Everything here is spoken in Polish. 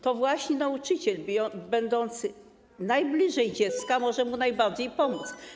To właśnie nauczyciel będący najbliżej dziecka może mu najbardziej pomóc.